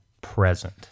present